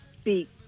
speak